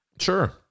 Sure